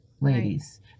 ladies